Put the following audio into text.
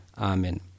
amen